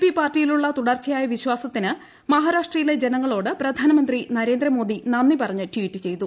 P പാർട്ടിയിലുള്ള തുടർച്ചയായ വിശ്വാസത്തിന് മഹാരാഷ്ട്രയിലെ ജനങ്ങളോട് പ്രധാനമന്ത്രി നരേന്ദ്രമോദി നന്ദി പറഞ്ഞ് ട്വീറ്റ് ചെയ്തു